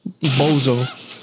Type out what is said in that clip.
Bozo